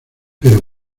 pero